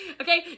okay